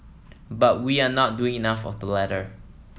but we are not doing enough of the latter